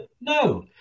no